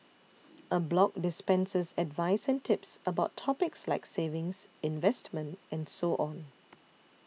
a blog dispenses advice and tips about topics like savings investment and so on